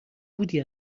بودی